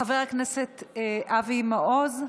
חבר הכנסת אבי מעוז.